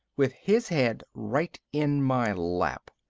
with his head right in my lap.